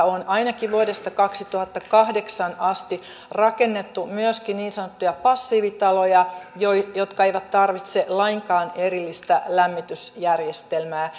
on ainakin vuodesta kaksituhattakahdeksan asti rakennettu myöskin niin sanottuja passiivitaloja jotka eivät tarvitse lainkaan erillistä lämmitysjärjestelmää